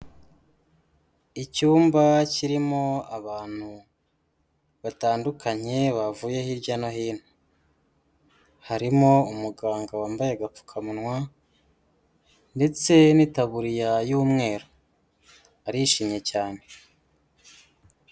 Icyumba kirimo abantu batandukanye, bavuye hirya no hino. Harimo umuganga wambaye agapfukamunwa, ndetse n'itaburiya y'umweru. Arishimye cyane.